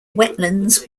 wetlands